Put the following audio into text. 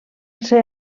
ser